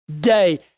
day